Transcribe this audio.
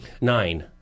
Nine